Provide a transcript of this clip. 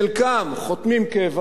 חלקם חותמים קבע